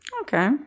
Okay